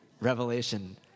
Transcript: Revelation